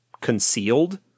concealed